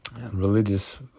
religious